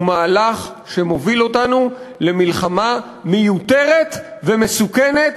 הוא מהלך שמוביל אותנו למלחמה מיותרת ומסוכנת